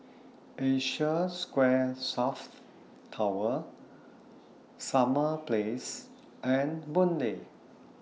Asia Square South Tower Summer Place and Boon Lay